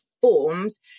forms